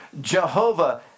Jehovah